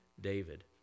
David